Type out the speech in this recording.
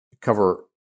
cover